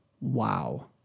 Wow